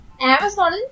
Amazon